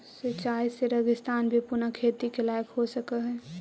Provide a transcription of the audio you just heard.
सिंचाई से रेगिस्तान भी पुनः खेती के लायक हो सकऽ हइ